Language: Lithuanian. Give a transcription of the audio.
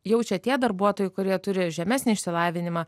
jaučia tie darbuotojai kurie turi žemesnį išsilavinimą